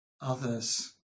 others